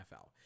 NFL